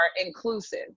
inclusive